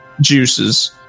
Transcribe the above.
juices